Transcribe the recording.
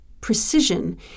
precision